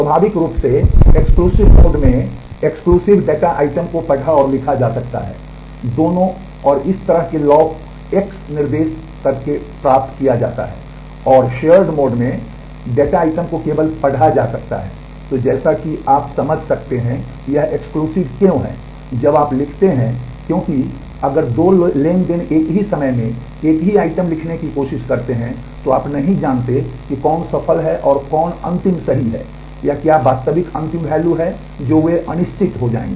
स्वाभाविक रूप से एक्सक्लूसिव मोड है जो वे अनिश्चित हो जाएंगे